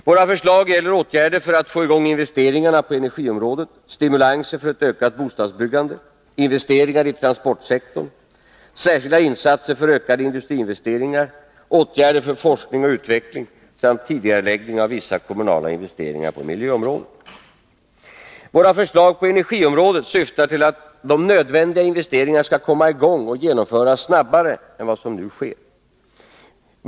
Våra förslag gäller åtgärder för att få i gång investeringarna på energiområdet, stimulanser för ett ökat bostadsbyggande, investeringar i transportsektorn, särskilda insatser för ökade industriinvesteringar, åtgärder för forskning och utveckling samt tidigareläggning av vissa kommunala investeringar på miljöområdet. : Våra förslag på energiområdet syftar till att nödvändiga investeringar skall komma i gång och genomföras snabbare än vad som nu sker.